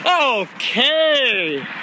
Okay